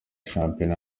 shampiyona